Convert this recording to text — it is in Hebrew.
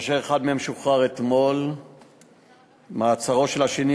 אחד מהם שוחרר אתמול ומעצרו של השני,